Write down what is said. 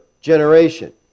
generation